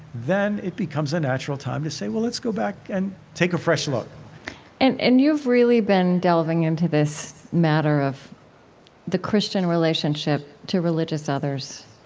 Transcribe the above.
then it becomes a natural time to say, well, let's go back and take a fresh look and and you've really been delving into this matter of the christian relationship to religious others.